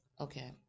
okay